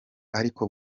ariko